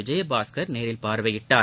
விஜயபாஸ்கர் நேரில் பார்வையிட்டார்